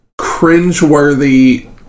cringeworthy